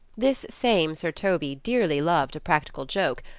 this same sir toby dearly loved a prac tical joke,